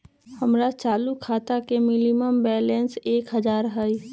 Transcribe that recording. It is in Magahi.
हमर चालू खाता के मिनिमम बैलेंस कि हई?